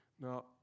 Now